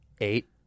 Eight